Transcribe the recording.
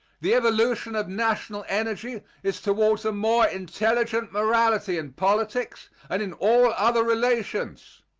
the evolution of national energy is towards a more intelligent morality in politics and in all other relations.